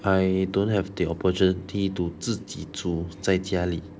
I don't have the opportunity to 自己煮在家里